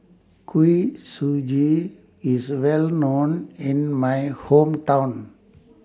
Kuih Suji IS Well known in My Hometown